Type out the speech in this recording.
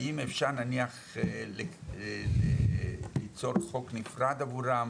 האם אפשר נניח ליצור חוק נפרד עבורם.